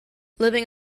living